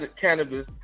cannabis